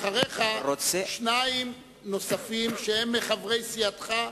אחריך שניים נוספים שהם מחברי סיעתך,